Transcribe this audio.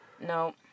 No